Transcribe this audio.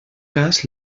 cas